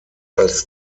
als